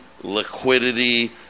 liquidity